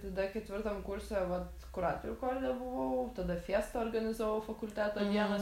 tada ketvirtam kurse vat kuratorių korde buvau tada fiestą organizavau fakulteto dienos